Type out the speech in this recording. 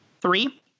Three